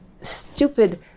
stupid